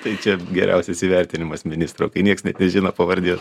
tai čia geriausias įvertinimas ministro kai niekas net nežino pavardės